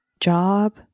job